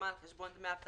למענק לפי הוראות פרק זה,